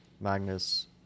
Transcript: magnus